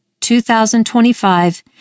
2025